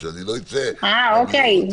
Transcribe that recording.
אה, אוקיי.